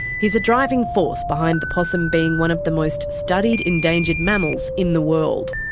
he's a driving force behind the possum being one of the most studied endangered mammals in the world.